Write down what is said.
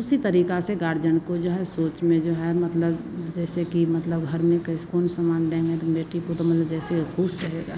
उसी तरीका से गार्जियन को जो है सोच में जो है मतलब जैसे कि मतलब घर में कैस कौन सामान देंगे तो बेटी को तो मतलब जैसे वो खुश रहेगा